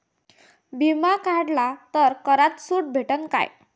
बिमा काढला तर करात सूट भेटन काय?